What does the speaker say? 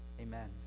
Amen